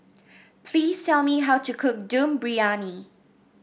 please tell me how to cook Dum Briyani